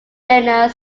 wenner